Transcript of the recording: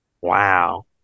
Wow